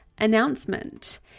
announcement